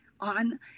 on